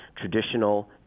traditional